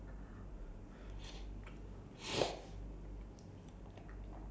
um eh no like you don't expect it but it turned out to be something